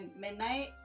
midnight